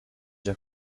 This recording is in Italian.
già